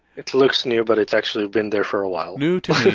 it looks new but it's actually been there for awhile. new to